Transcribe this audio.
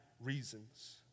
reasons